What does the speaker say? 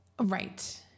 Right